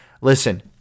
Listen